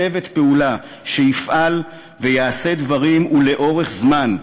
צוות פעולה, שיפעל ויעשה דברים, ולאורך זמן.